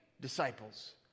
disciples